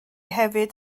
hefyd